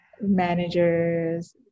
managers